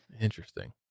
Interesting